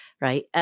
right